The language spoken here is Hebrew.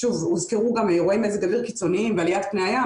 הוזכרו גם אירועי מזג אוויר קיצוניים ועליית פני הים,